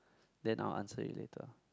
then I'll answer it later